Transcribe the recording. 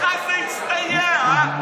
חבר הכנסת אמסלם,